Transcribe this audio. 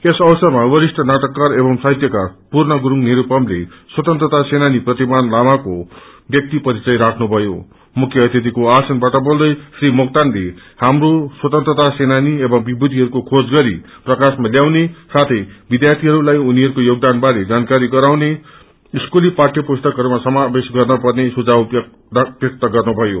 यस अवसरमा वरिष्ठ नाटककार एवं साहित्यकार पूर्ण गुरूङ निरूपमले स्वतंत्रता सेनानी प्रतिमान लामाको व्याक्ति परिचय राख्नुभयों मुख्य अतिथिको आसनबाट बोल्दै श्री मोक्तानले हाम्रा स्वतंत्रता सेनानी एवं विभूतिहरूको खोज गरि प्रकाशमा ल्याउने साथै पिध्यार्थीहरूलाई यिनीहरूको योगदान बारे जानकारी गराउन स्कूलही पाठय प्रस्तकहरूमा समावेश गर्नपर्ने सुझाव व्यक्त गरे